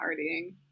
partying